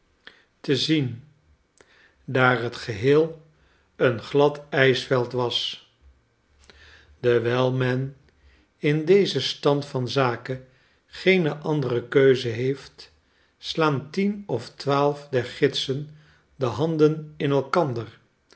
te zien daar het geheel een glad ijsveld was dewijl men in dezen stand van zaken geene andere keuze heeft slaan tien of twaalf der gidsen de handen in elkander